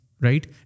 right